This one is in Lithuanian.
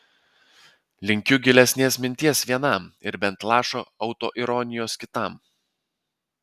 linkiu gilesnės minties vienam ir bent lašo autoironijos kitam